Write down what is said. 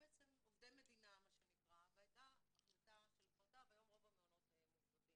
בעצם עובדי מדינה והייתה החלטה של הפרטה והיום רוב המעונות מופרטים.